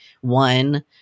one